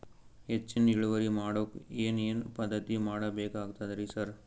ಹೆಚ್ಚಿನ್ ಇಳುವರಿ ಮಾಡೋಕ್ ಏನ್ ಏನ್ ಪದ್ಧತಿ ಮಾಡಬೇಕಾಗ್ತದ್ರಿ ಸರ್?